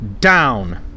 down